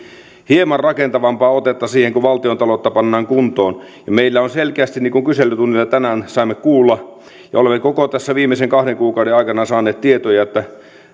hieman rakentavampaa otetta siihen kun valtiontaloutta pannaan kuntoon meillä on selkeästi niin niin kuin kyselytunnilla tänään saimme kuulla ja olemme tässä koko viimeisen kahden kuukauden aikana saaneet tietoja että